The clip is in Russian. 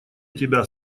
тебя